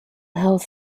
health